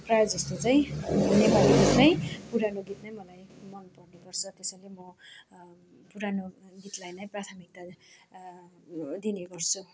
प्रायःजस्तो चाहिँ नेपाली गीत नै पुरानो गीत नै मलाई मनपर्ने गर्छ त्यसैले म पुरानो गीतलाई नै प्राथमिकता दिने गर्छु